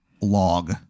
log